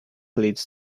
leads